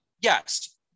Yes